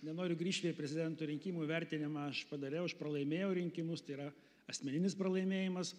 nenoriu grįžti į prezidento rinkimų įvertinimą aš padariau aš pralaimėjau rinkimus tai yra asmeninis pralaimėjimas